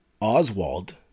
Oswald